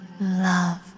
love